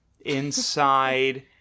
inside